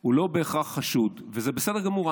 הוא לא בהכרח חשוד, וזה בסדר גמור.